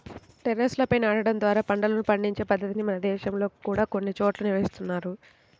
టెర్రస్లపై నాటడం ద్వారా పంటలను పండించే పద్ధతిని మన దేశంలో కూడా కొన్ని చోట్ల నిర్వహిస్తున్నారు